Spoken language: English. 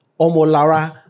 Omolara